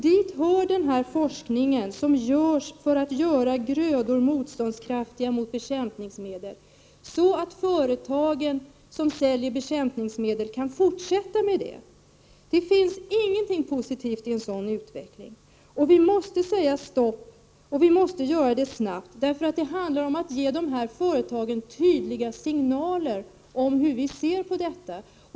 Dit hör den forskning som utförs för att göra grödor motståndskraftiga mot bekämpningsmedel, så att företagen som säljer bekämpningsmedel kan fortsätta med det. Det finns inte någonting positivt i en sådan utveckling. Vi måste säga stopp, och det måste ske snabbt. Det handlar om att ge företagen tydliga signaler om hur vi ser på detta.